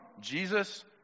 Jesus